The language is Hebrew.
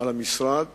על המשרד,